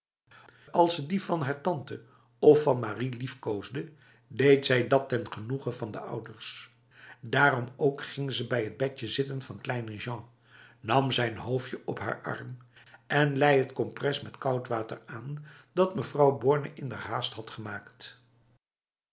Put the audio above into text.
als ze die van haar tante of van marie liefkoosde deed zij dat ten genoegen van de ouders daarom ook ging ze bij het bedje zitten van kleine jean nam zijn hoofdje op haar arm en lei t kompres met koud water aan dat mevrouw borne inderhaast had gemaakt